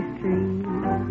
Street